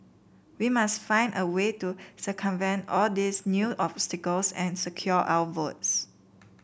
we must find a way to circumvent all these new obstacles and secure our votes